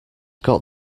got